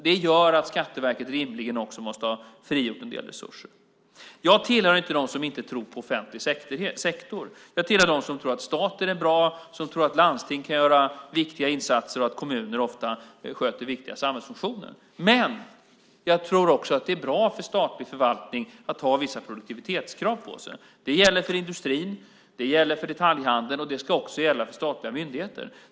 Det gör att Skatteverket rimligen måste ha frigjort en del resurser. Jag tillhör inte dem som inte tror på offentlig sektor. Jag tillhör dem som tror att staten är bra, att landstingen kan göra viktiga insatser och att kommuner ofta sköter viktiga samhällsfunktioner. Men jag tror också att det är bra för statlig förvaltning att ha vissa produktivitetskrav på sig. Det gäller för industrin, det gäller för detaljhandeln och det ska också gälla för statliga myndigheter.